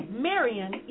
Marion